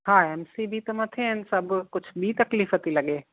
हा M C B त मथे आहिनि सभु कुझु बि तकलीफ़ थी लॻे